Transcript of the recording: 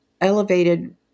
elevated